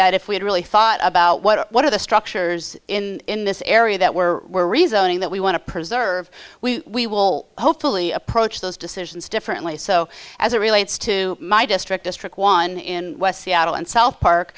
that if we had really thought about what what are the structures in this area that were rezoning that we want to preserve we will hopefully approach those decisions differently so as a relates to my district district one in seattle and south park